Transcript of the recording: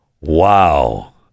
wow